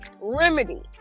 remedy